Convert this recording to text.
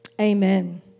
amen